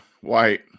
White